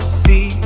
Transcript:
see